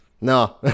no